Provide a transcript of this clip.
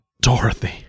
Dorothy